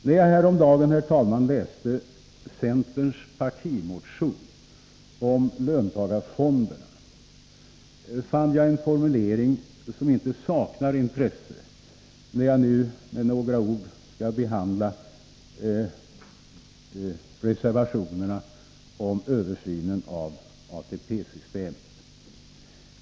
När jag häromdagen läste centerns partimotion om löntagarfonderna, fann jag en formulering som inte saknar intresse när jag nu med några ord skall behandla reservationerna om översynen av ATP-systemet.